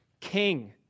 king